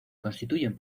constituyen